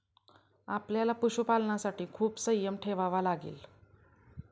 आपल्याला पशुपालनासाठी खूप संयम ठेवावा लागेल